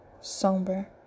Somber